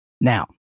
Now